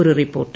ഒരു റിപ്പോർട്ട്